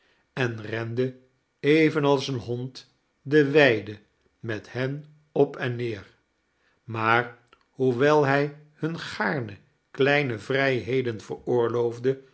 en rende evenals een hond de weide met hen op en neer maar hoewel hij hun gaarne kleine vrijheden